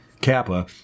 Kappa